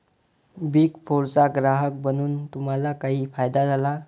Big फोरचा ग्राहक बनून तुम्हाला काही फायदा झाला?